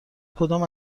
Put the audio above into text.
کدام